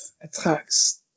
attacks